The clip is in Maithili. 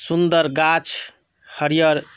सुंदर गाछ हरियर